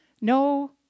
no